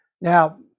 Now